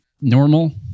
normal